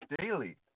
daily